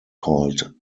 called